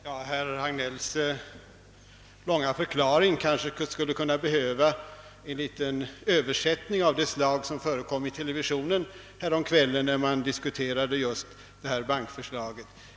Herr talman! Herr Hagnells långa för klaring kanske skulle behöva en liten översättning av det slag som förekom i televisionen häromkvällen, när man diskuterade förslaget om investeringsbank.